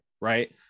Right